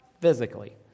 physically